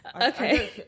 Okay